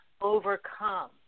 overcome